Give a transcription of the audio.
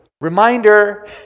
reminder